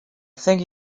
think